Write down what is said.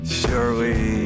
surely